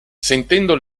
sentendo